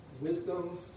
Wisdom